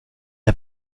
der